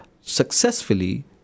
successfully